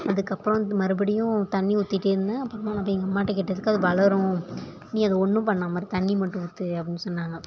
அதுக்கப்புறம் மறுபடியும் தண்ணி ஊத்திட்டே இருந்தேன் அப்புறமா நான் போய் எங்கள் அம்மாட்ட கேட்டதுக்கு அது வளரும் நீ அதை ஒன்றும் பண்ணாமல் இரு தண்ணி மட்டும் ஊற்று அப்படின்னு சொன்னாங்க